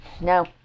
No